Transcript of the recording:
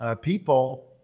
people